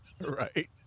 Right